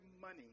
money